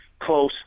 close